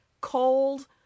cold